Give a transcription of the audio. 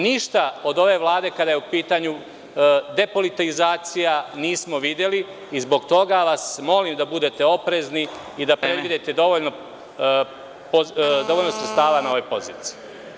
Ništa od ove vlade, kada je u pitanju depolitizacija nismo videli, i zbog toga vas molim da budete oprezni i da predvidite dovoljno sredstava na ovoj poziciji.